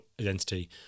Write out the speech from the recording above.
identity